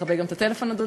תכבה גם את הטלפון, אדוני.